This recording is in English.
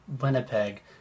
Winnipeg